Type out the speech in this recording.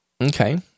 Okay